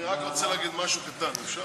אני רק רוצה להגיד משהו קטן, אפשר?